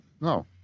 No